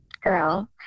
girl